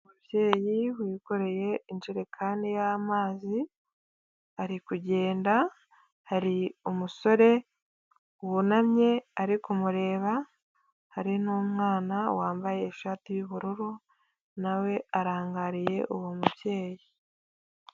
Umubyeyi wikoreye injerekani y'amazi, ari kugenda hari umusore w'unamye ari kumureba, hari n'umwana wambaye ishati y'ubururu, na we arangariye uwo mubyeyi.